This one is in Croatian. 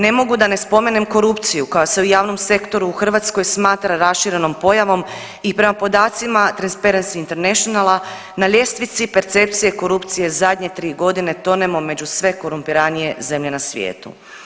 Ne mogu da ne spomenem korupciju koja se u javnom sektoru u Hrvatskoj smatra raširenom pojavom i prema podacima Transparency internationala na ljestvici percepcije korupcije zadnje tri godine tonemo među sve korumpiranije zemlje na svijetu.